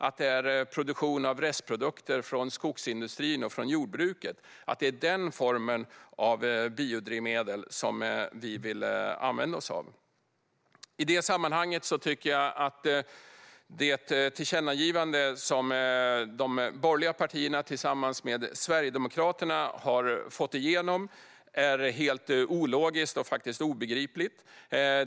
Den form av biodrivmedel som vi vill använda oss av är från produktion av restprodukter från skogsindustrin och jordbruket. I det sammanhanget är det tillkännagivande som de borgerliga partierna tillsammans med Sverigedemokraterna har fått igenom helt ologiskt och obegripligt.